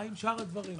מה עם שאר הדברים?